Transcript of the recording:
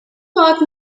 park